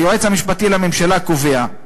היועץ המשפטי לממשלה קובע: